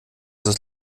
ist